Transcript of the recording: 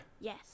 Yes